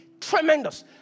tremendous